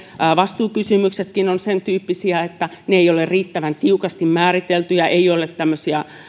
vastuukysymyksetkin ovat sentyyppisiä että ne eivät ole riittävän tiukasti määriteltyjä ei ole